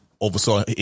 oversaw